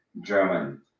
German